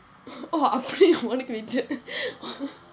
oh அப்படியா உனக்கு வீட்டு:appadiyaa unakku veetu